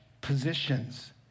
positions